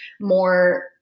more